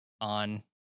on